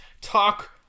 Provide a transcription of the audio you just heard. talk